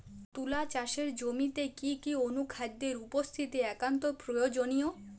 তুলা চাষের জমিতে কি কি অনুখাদ্যের উপস্থিতি একান্ত প্রয়োজনীয়?